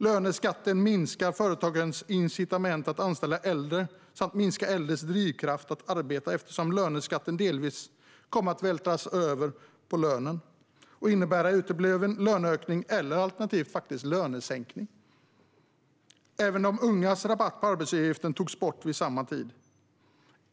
Löneskatten minskar företagens incitament att anställa äldre samt minskar äldres drivkrafter att arbeta, eftersom löneskatten delvis kommer att vältras över på lönen och innebära utebliven löneökning alternativt lönesänkning. Också de ungas rabatt på arbetsgivaravgiften togs bort vid samma tid.